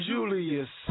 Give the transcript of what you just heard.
Julius